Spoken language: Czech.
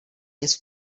nic